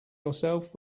yourself